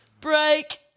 Break